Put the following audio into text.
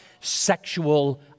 sexual